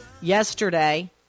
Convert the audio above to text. Yesterday